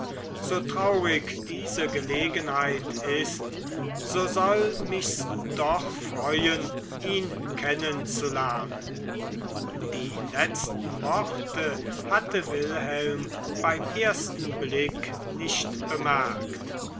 so traurig diese gelegenheit ist so soll mich's doch freuen ihn kennen zu lernen die letzten worte hatte wilhelm beim ersten blick nicht bemerkt